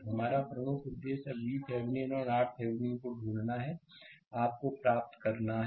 तो हमारा प्रमुख उद्देश्य अब VThevenin और RThevenin को ढूंढना है आप को प्राप्त करना है